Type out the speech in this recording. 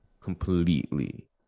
completely